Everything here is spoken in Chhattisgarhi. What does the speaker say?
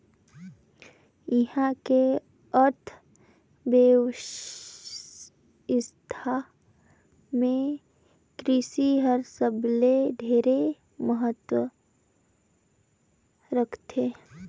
इहां के अर्थबेवस्था मे कृसि हर सबले ढेरे महत्ता रखथे